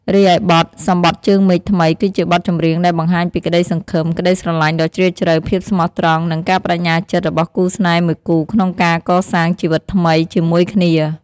រីឯ បទ សម្បថជើងមេឃថ្មី គឺជាបទចម្រៀងដែលបង្ហាញពីក្តីសង្ឃឹម ក្តីស្រឡាញ់ដ៏ជ្រាលជ្រៅ ភាពស្មោះត្រង់ និងការប្តេជ្ញាចិត្តរបស់គូស្នេហ៍មួយគូក្នុងការកសាងជីវិតថ្មីជាមួយគ្នា។